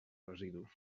residus